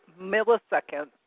milliseconds